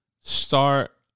start